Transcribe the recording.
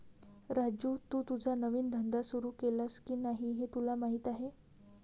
राजू, तू तुझा नवीन धंदा सुरू केलास की नाही हे तुला माहीत आहे